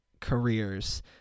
careers